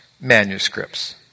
manuscripts